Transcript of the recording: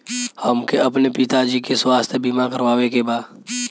हमके अपने पिता जी के स्वास्थ्य बीमा करवावे के बा?